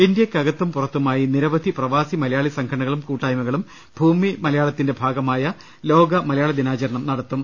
ഇന്ത്യയ്ക്കകത്തും പുറത്തുമായി നിരവധി പ്രവാസി മലയാളി സംഘടനകളും കൂട്ടായ്മകളും ഭൂമി മലയാളത്തിന്റെ ഭാഗമായ ലോക മലയാള ദിനാചരണം നടത്തും